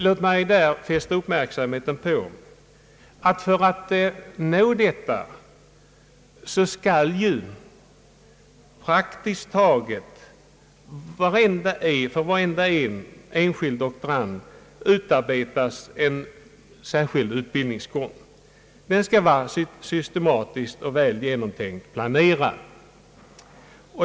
Låt mig fästa uppmärksamheten på det förhål landet att i så fall praktiskt taget varje enskild doktorand måste utarbeta en särskild utbildningsgång. Den skall vara systematisk och väl planerad.